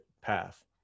path